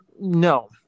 No